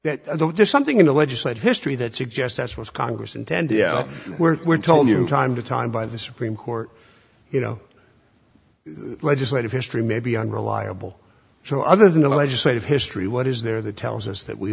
that there's something in the legislative history that suggests that's what congress intended yeah we're we're told you time to time by the supreme court you know legislative history may be unreliable so other than a legislative history what is there that tells us that we